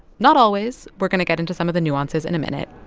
not always we're going to get into some of the nuances in a minute.